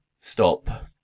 stop